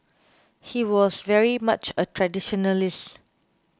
he was very much a traditionalist